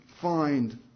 find